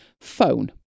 Phone